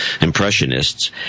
impressionists